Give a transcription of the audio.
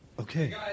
Okay